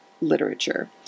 literature